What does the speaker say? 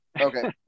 Okay